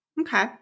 Okay